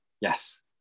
Yes